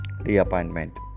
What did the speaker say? reappointment